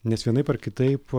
nes vienaip ar kitaip